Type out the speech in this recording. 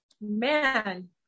man